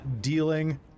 dealing